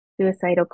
suicidal